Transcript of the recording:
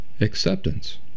Acceptance